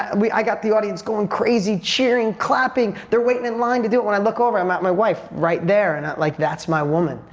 and i got the audience going crazy, cheering, clapping. they're waiting in line to do it. when i look over, i'm at my wife, right there. and like, that's my woman,